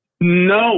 No